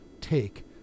take